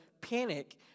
Panic